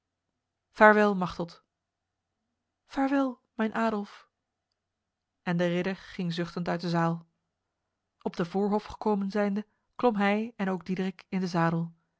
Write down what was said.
vaarwel machteld vaarwel mijn adolf en de ridder ging zuchtend uit de zaal op de voorhof gekomen zijnde klom hij en ook diederik in de zadel